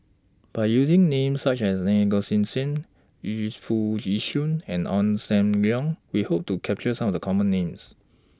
By using Names such as Naa Govindasamy Yu Foo Yee Shoon and Ong SAM Leong We Hope to capture Some of The Common Names